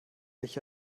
euch